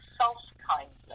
self-kindness